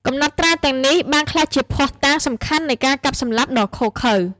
កំណត់ត្រាទាំងនេះបានក្លាយជាភស្តុតាងសំខាន់នៃការកាប់សម្លាប់ដ៏ឃោរឃៅ។